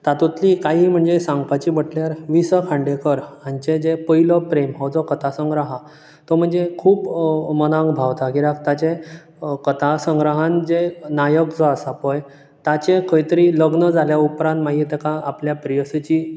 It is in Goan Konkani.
तातूंतली काही म्हणजे सांगपाची म्हटल्यार वी स खांडेकर हांचे जे पयलो प्रेम हो जो कथा संग्रह हा तो म्हणजे खूब मनांक भावता कित्याक ताचे हो कथा संग्रहान जे नायक जो आसा पळय ताचे खंय तरी लग्न जाल्या उपरांत मागीर तेका आपल्या प्रियसिची